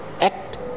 act